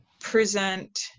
present